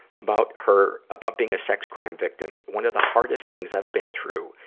about her, about being a sex crime victim one of the hardest things i've been through,